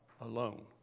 alone